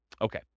Okay